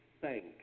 thank